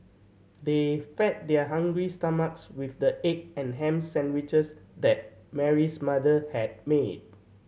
they fed their hungry stomachs with the egg and ham sandwiches that Mary's mother had made